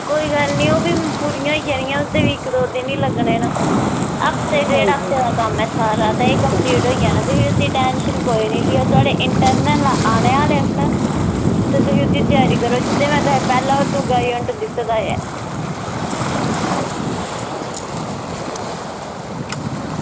कोई गल्ल निं ओह्बी पूरियां होई जानियां ओह्दे बी इक्क दो दिन ई लग्गने न इक्क दौ हफ्ते दा कम्म सारा तुस एह्दी टेंशन निं लैयो ते इंटरनल आने आह्ले न ते उस ओह्दी त्यारी करो जेह्ड़ा तुसेंगी पैह्ला ते दूआ यूनिट दित्ते दा ऐ